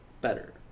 better